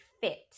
fit